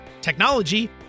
technology